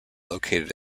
located